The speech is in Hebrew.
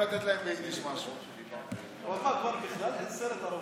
בכלל סרט ערבי?